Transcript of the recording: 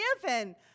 forgiven